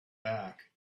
back